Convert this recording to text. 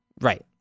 Right